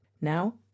Now